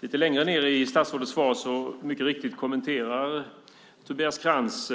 Lite längre ned i statsrådets svar kommenterar mycket riktigt Tobias Krantz